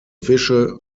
fische